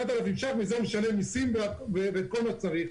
מזה הוא משלם מיסים וכל מה שצריך.